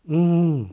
mm